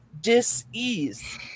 dis-ease